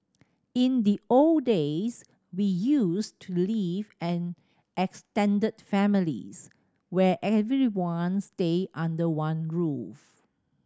in the old days we used to live an extended families where everyone stayed under one roof